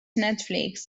netflix